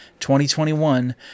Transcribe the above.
2021